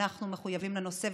אנחנו מחויבים לנושא,